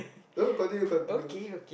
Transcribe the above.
no continue continue